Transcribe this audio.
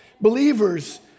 Believers